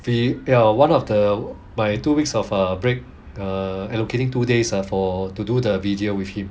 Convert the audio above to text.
we uh one of the my two weeks of uh break uh allocating two days ah for to do the video with him